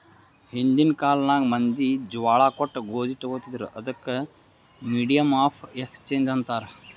ಹಿಂದಿನ್ ಕಾಲ್ನಾಗ್ ಮಂದಿ ಜ್ವಾಳಾ ಕೊಟ್ಟು ಗೋದಿ ತೊಗೋತಿದ್ರು, ಅದಕ್ ಮೀಡಿಯಮ್ ಆಫ್ ಎಕ್ಸ್ಚೇಂಜ್ ಅಂತಾರ್